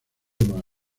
humano